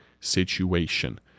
situation